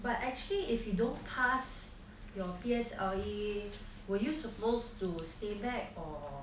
but actually if you don't pass your P_S_L_E were you supposed to stay back or